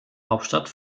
hauptstadt